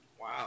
Wow